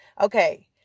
Okay